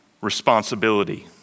responsibility